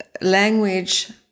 language